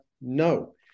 no